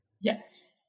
Yes